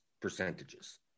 percentages